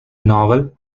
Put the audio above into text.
novel